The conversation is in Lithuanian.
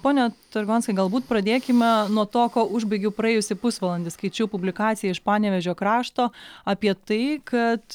pone targonskai galbūt pradėkime nuo to kuo užbaigiau praėjusį pusvalandį skaičiau publikaciją iš panevėžio krašto apie tai kad